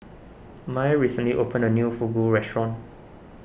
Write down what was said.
Mai recently opened a new Fugu restaurant